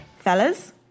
fellas